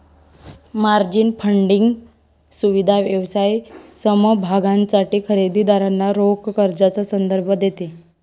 margin funding सुविधा व्यवसाय समभागांसाठी खरेदी दारांना रोख कर्जाचा संदर्भ देते